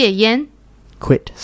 Quit